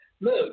Look